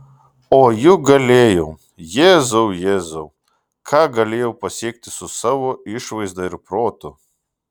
o juk galėjau jėzau jėzau ką galėjau pasiekti su savo išvaizda ir protu